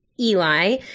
Eli